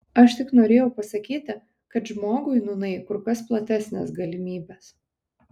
aš tik norėjau pasakyti kad žmogui nūnai kur kas platesnės galimybės